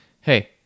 Hey